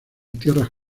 tierras